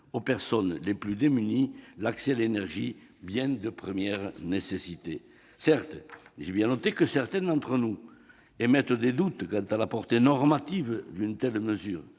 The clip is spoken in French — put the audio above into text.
aux personnes les plus démunies l'accès à l'énergie, bien de première nécessité ». Certes, j'ai bien noté que certains d'entre nous émettent des doutes quant à la portée normative d'une telle mesure,